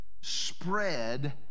spread